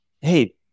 Hey